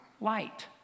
light